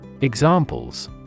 Examples